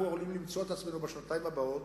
אנחנו עלולים למצוא את עצמנו בשנתיים הבאות,